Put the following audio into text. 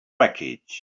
wreckage